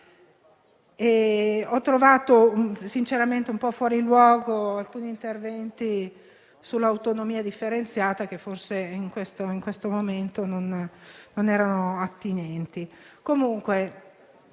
Ho trovato sinceramente un po' fuori luogo alcuni interventi sull'autonomia differenziata, che forse in questo momento non erano attinenti.